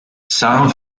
san